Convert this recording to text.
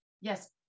Yes